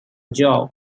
job